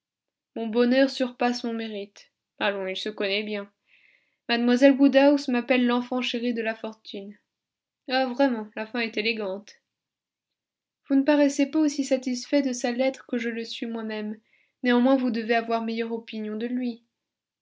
mon bonheur surpasse mon mérite allons il se connaît bien mlle woodhouse m'appelle l'enfant chéri de la fortune ah vraiment la fin est élégante vous ne paraissez pas aussi satisfait de sa lettre que je le suis moi-même néanmoins vous devez avoir meilleure opinion de lui